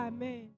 Amen